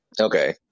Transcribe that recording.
Okay